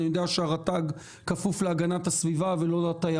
אני יודע שהרשות להגנת הטבע כפופה למשרד להגנת הסביבה ולא לתיירות,